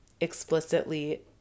explicitly